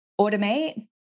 automate